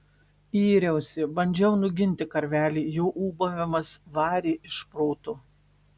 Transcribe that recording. yriausi bandžiau nuginti karvelį jo ūbavimas varė iš proto